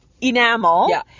enamel